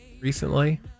recently